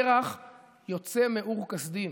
תרח יוצא מאור כשדים.